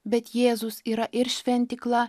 bet jėzus yra ir šventykla